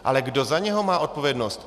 Ale kdo za něj má odpovědnost?